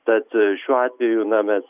tad šiuo atveju na mes